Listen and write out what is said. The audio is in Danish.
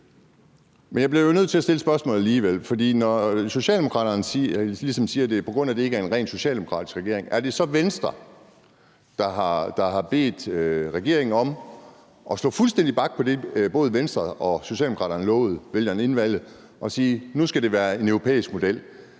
Men jeg bliver jo alligevel nødt til at stille spørgsmålet, for når Socialdemokraterne ligesom siger, at det er, på grund af at det ikke er en ren socialdemokratisk regering, er det så Venstre, der har bedt regeringen om at slå fuldstændig bak på det, som både Venstre og Socialdemokraterne lovede vælgerne inden valget, og sige, at nu skal det være en europæisk model?